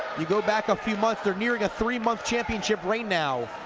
you go back a few months, they're nearing a three month championship reign now.